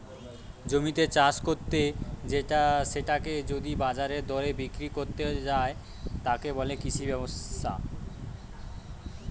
জমিতে চাষ কত্তে সেটাকে যদি বাজারের দরে বিক্রি কত্তে যায়, তাকে বলে কৃষি ব্যবসা